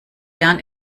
jahren